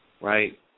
right